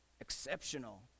exceptional